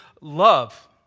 love